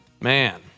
Man